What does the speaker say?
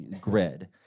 grid